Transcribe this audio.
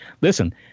listen